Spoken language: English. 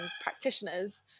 practitioners